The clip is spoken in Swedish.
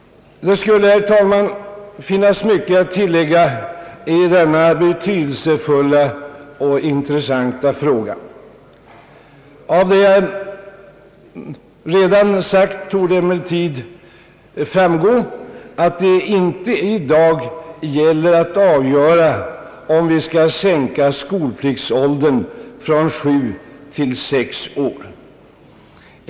Herr talman! Det finns mycket att tillägga i denna betydelsefulla och intressanta fråga. Av det jag redan sagt torde emellertid framgå att det i dag inte gäller att avgöra, om vi skall sänka skolpliktsåldern från sju till sex år.